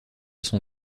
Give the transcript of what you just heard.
son